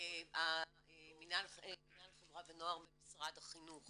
מינהל חברה ונוער במשרד החינוך